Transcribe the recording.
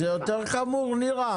זה יותר חמור, נירה.